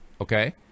okay